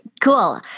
Cool